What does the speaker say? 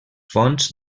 fonts